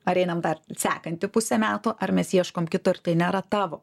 ar einam dar sekantį pusę metų ar mes ieškom kitur tai nėra tavo